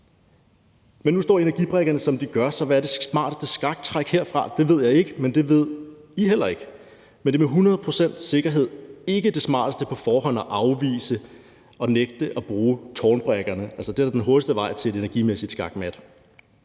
Men nu står energibrikkerne, som de gør, så hvad er det smarteste skaktræk herfra? Det ved jeg ikke, men det ved I heller ikke. Men det er med hundrede procents sikkerhed ikke det smarteste på forhånd at afvise og nægte at bruge tårnbrikkerne. Altså, det er da den hurtigste vej til et energimæssigt skakmat.